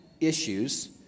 issues